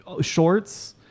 Shorts